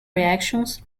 reactions